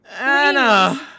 Anna